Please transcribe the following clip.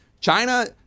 China